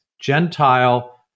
gentile